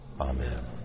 Amen